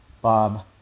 Bob